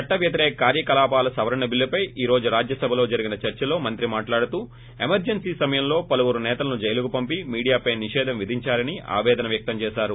చట్ల వ్యతిరేక కార్యకలాపాల నిరోధక సవరణ బిల్లుపై ఈ రోజు రాజ్యసభలో జరిగిన చర్సలో మంత్రి మాట్లాడుతూ ఎమేర్జన్సి సమయంలో పలువురు నేతలను జైలుకు పంపి మీడియాపై నిషేధం విధించారని ఆపేదన వ్యక్తం చేశారు